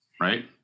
right